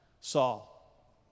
Saul